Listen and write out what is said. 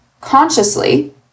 consciously